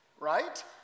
right